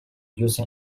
using